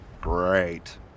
Great